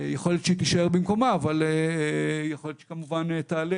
יכול להיות שהיא תישאר במקומה אבל יכול להיות כמובן שתעלה